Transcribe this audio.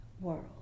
world